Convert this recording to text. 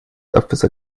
abwasser